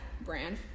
brand